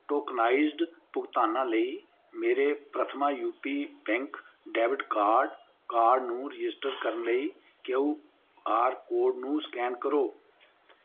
tokenized ਭੁਗਤਾਨਾਂ ਲਈ ਮੇਰੇ Prathama UP bank debit card card ਨੂੰ ਰਜਿਸਟਰ ਕਰਨ ਲਈ ਕੇਯੂ ਆਰ ਕੋਡ ਨੂੰ ਸਕੈਨ ਕਰੋ